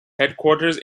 headquarters